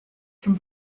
from